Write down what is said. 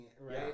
right